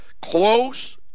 close